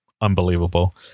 unbelievable